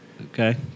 Okay